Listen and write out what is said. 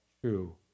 true